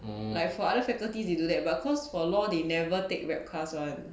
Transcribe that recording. like other faculty they do that but cause for law they never take webcast [one]